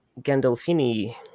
Gandolfini